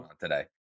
today